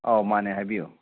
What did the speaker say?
ꯑꯥꯎ ꯃꯥꯅꯦ ꯍꯥꯏꯕꯤꯌꯣ